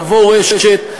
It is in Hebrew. תבוא רשת,